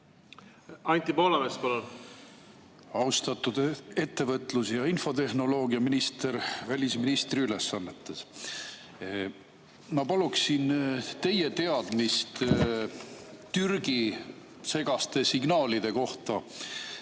Anti Poolamets, palun! Austatud ettevõtlus- ja infotehnoloogiaminister välisministri ülesannetes! Ma paluksin teie teadmist Türgi segaste signaalide kohta